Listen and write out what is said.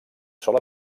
sola